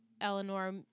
Eleanor